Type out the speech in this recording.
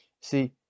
See